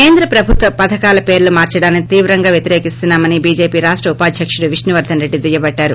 కేంద్ర ప్రభుత్వ పథకాల పేర్లు మార్పడాన్ని తీవ్రంగా వ్వతిరేకిస్తున్నా మని బీజేపీ రాష్ట ఉపాధ్యక్షడు విష్ణువర్గన్ రెడ్డి దుయ్యబట్టారు